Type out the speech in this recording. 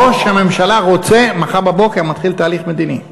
ראש הממשלה רוצה, מחר בבוקר מתחיל תהליך מדיני.